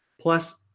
plus